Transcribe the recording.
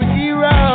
hero